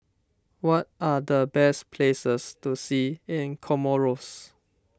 what are the best places to see in Comoros